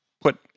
put